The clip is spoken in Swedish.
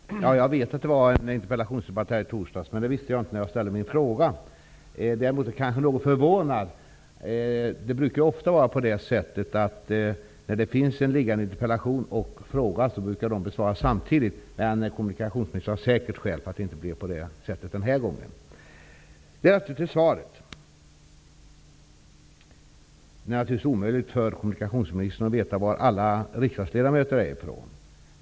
Herr talman! Jag vet att det var en interpellationsdebatt här i torsdags, men det visste jag inte att det skulle bli när jag ställde min fråga. Däremot är jag något förvånad. Det brukar nämligen ofta var på det sättet att när både en interpellation och en fråga föreligger, brukar de besvaras samtidigt. Men kommunikationsministern har säker skäl till att det inte blev så den här gången. Låt mig kommentera svaret. Det är naturligtvis omöjligt för kommunikationsministern att veta varifrån alla riksdagsledamöter är.